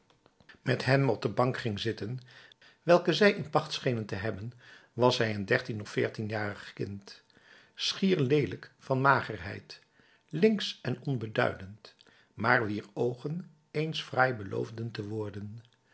met hem op de bank ging zitten welke zij in pacht schenen te hebben was zij een dertien of veertienjarig kind schier leelijk van magerheid links en onbeduidend maar wier oogen eens fraai beloofden te worden